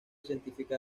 científica